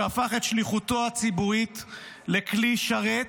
שהפך את שליחותו הציבורית לכלי שרת